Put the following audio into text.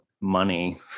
money